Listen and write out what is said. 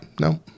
no